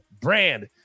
brand